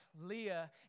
Leah